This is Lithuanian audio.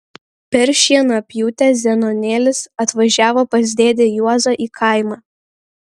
per šienapjūtę zenonėlis atvažiavo pas dėdę juozą į kaimą